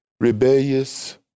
rebellious